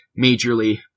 majorly